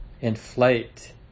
inflate